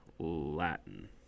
latin